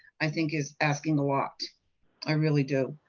i think is asking a lot i really do.